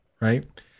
right